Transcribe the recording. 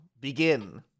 Begin